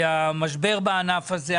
והמשבר בענף הזה.